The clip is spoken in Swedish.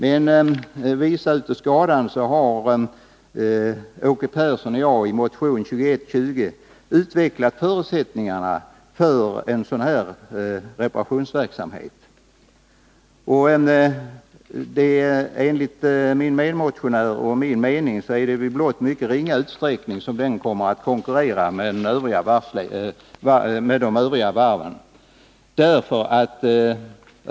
Men visa av skadan har Åke Persson och jag i motion 2120 utvecklat förutsättningarna för en sådan här reparationsverksamhet. Enligt min medmotionär och mig är det i blott mycket ringa utsträckning som den kommer att konkurrera med de övriga varven.